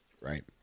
Right